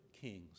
kings